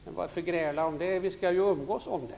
Men varför gräla om det, vi skall ju umgås om det.